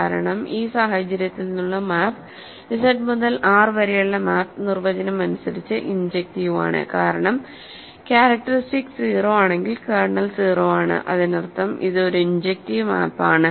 കാരണം ഈ സാഹചര്യത്തിൽ നിന്നുള്ള മാപ്പ് Z മുതൽ R വരെയുള്ള മാപ്പ് നിർവചനം അനുസരിച്ച് ഇൻജെക്ടിവ് ആണ് കാരണം ക്യാരക്ടറിസ്റ്റിക്സ് 0 ആണെങ്കിൽ കേർണൽ 0 ആണ് അതിനർത്ഥം ഇത് ഒരു ഇൻജെക്റ്റീവ് മാപ്പ് ആണ്